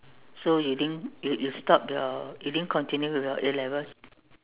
so you think you you stop your you didn't continue with your A-levels